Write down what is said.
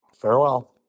Farewell